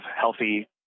healthy